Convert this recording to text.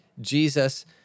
Jesus